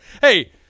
Hey